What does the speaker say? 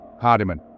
Hardiman